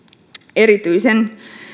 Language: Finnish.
erityisen